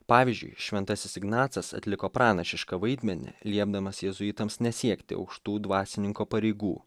pavyzdžiui šventasis ignacas atliko pranašišką vaidmenį liepdamas jėzuitams nesiekti aukštų dvasininko pareigų